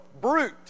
Brute